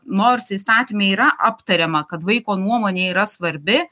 nors įstatyme yra aptariama kad vaiko nuomonė yra svarbi